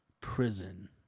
prison